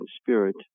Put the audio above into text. spirit